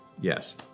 yes